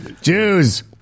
Jews